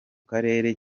karere